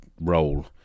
role